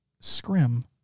scrim